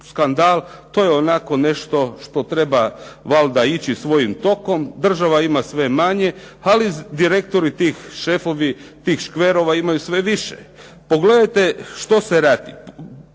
to je onako nešto što treba valjda ići svojim tokom, država ima sve manje, ali direktori i ti šefovi tih škverova imaju sve više. Pogledajte što se radi.